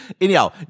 anyhow